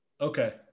Okay